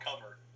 cover